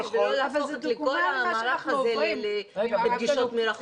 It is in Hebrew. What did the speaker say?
--- לא להפוך את כל המערך הזה לפגישות מרחוק.